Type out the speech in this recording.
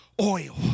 oil